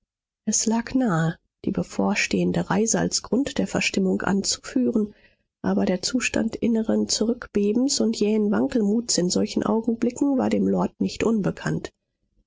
es lag nahe die bevorstehende reise als grund der verstimmung anzuführen aber der zustand inneren zurückbebens und jähen wankelmutes in solchen augenblicken war dem lord nicht unbekannt